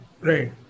Right